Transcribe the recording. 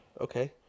Okay